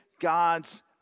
God's